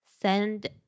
Send